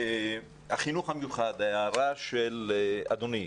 החינוך המיוחד, להערתו של אדוני.